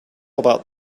about